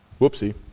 whoopsie